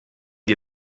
dir